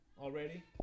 already